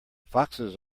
foxes